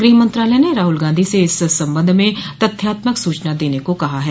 गृह मंत्रालय ने राहुल गांधी से इस संबंध में तथ्यात्मक सूचना देने को कहा है